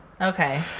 Okay